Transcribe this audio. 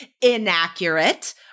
inaccurate